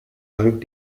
rang